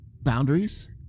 boundaries